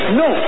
no